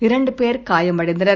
இரண்டு பேர் காயமடைந்தனர்